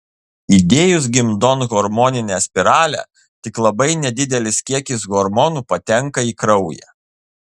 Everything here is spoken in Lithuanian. įdėjus gimdon hormoninę spiralę tik labai nedidelis kiekis hormonų patenka į kraują